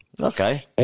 Okay